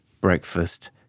breakfast